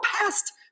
past